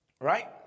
Right